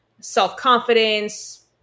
self-confidence